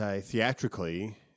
theatrically